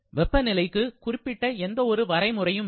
வெப்பநிலைக்கு குறிப்பிட்ட எந்த ஒரு வரைமுறையும் இல்லை